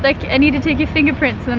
like and need to take your fingerprints! and